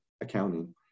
accounting